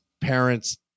parents